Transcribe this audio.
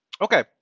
Okay